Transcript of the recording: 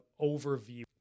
overview